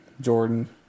jordan